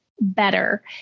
better